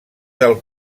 del